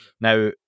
Now